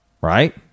right